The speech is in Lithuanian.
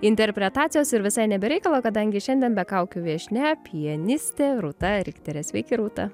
interpretacijos ir visai ne be reikalo kadangi šiandien be kaukių viešnia pianistė rūta rikterė sveiki rūta